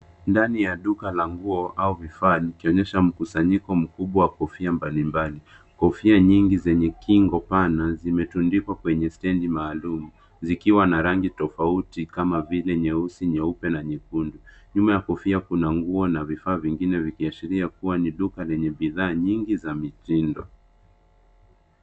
Ndani ya duka la nguo au vifaa likionyesha mkusanyiko mkubwa wa kofia mbali mbali. Kofia nyingi zenye kingo pana zimetundikwa kwenye stendi maalum zikiwa na rangi tofauti kama vile nyeusi, nyeupe na nyekundu. Nyuma ya kofia kuna nguo na vifaa vingine vikiashiria kuwa ni duka lenye bidhaa nyingi za mitindo.